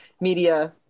media